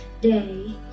day